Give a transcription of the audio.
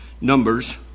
numbers